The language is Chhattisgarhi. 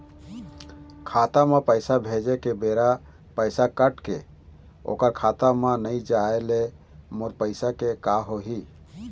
खाता म पैसा भेजे के बेरा पैसा कट के ओकर खाता म नई जाय ले मोर पैसा के का होही?